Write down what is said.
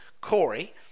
Corey